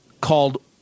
called –